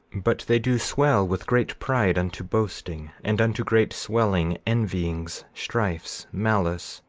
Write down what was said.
but they do swell with great pride, unto boasting, and unto great swelling, envyings, strifes, malice,